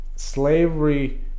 Slavery